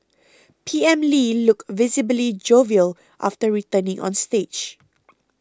P M Lee looked visibly jovial after returning on stage